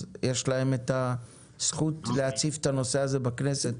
אז יש להם את הזכות להציף את הנושא הזה בכנסת.